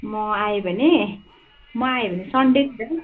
म आएँ भने म आएँ भने सनडेतिर